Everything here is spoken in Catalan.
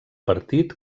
partit